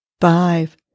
five